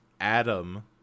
Adam